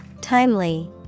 Timely